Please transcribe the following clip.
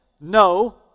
No